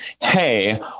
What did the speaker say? hey